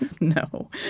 No